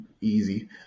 easy